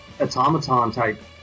automaton-type